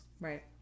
Right